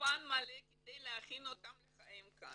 אולפן מלא כדי להכין אותם לחיים כאן.